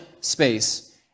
space